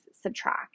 subtract